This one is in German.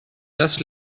das